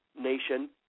nation